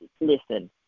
listen